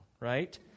right